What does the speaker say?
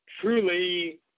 truly